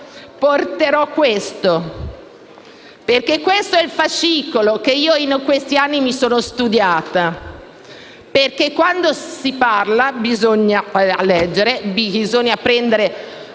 presto, porterò questo fascicolo che in questi anni mi sono studiata, perché quando si parla bisogna leggere, bisogna comprendere